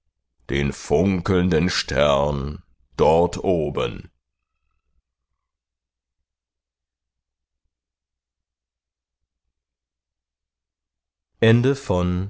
den funkelnden stern dort oben